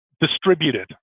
distributed